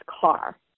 car